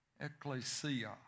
Ecclesia